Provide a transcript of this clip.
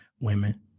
women